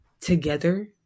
together